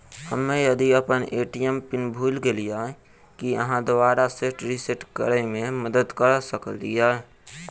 हम्मे यदि अप्पन ए.टी.एम पिन भूल गेलियै, की अहाँ दोबारा सेट रिसेट करैमे मदद करऽ सकलिये?